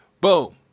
Boom